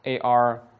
AR